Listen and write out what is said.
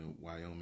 Wyoming